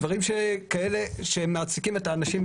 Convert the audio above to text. דברים כאלה שמעסיקים את האנשים,